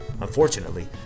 Unfortunately